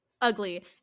ugly